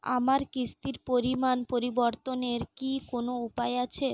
আমার কিস্তির পরিমাণ পরিবর্তনের কি কোনো উপায় আছে?